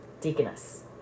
deaconess